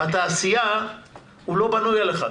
בתעשייה הם לא בנויים על אחד,